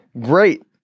great